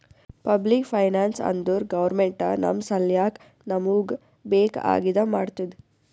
public finance ಅಂದುರ್ government ನಮ್ ಸಲ್ಯಾಕ್ ನಮೂಗ್ ಬೇಕ್ ಆಗಿದ ಮಾಡ್ತುದ್